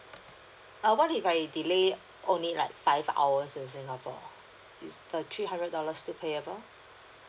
uh what if I delay only like five hours in singapore is the three hundred dollars still payable